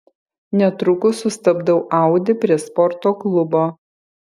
netrukus sustabdau audi prie sporto klubo